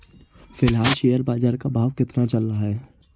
फिलहाल शेयर बाजार का भाव कितना चल रहा है?